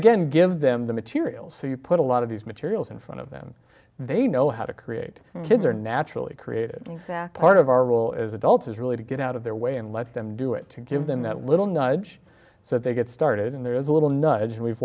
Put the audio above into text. again give them the materials so you put a lot of these materials in front of them they know how to create kids are naturally created part of our role as adults is really to get out of their way and let them do it to give them that little nudge so they get started in there is a little nudge and we've